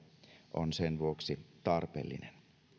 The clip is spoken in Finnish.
on sen vuoksi tarpeellinen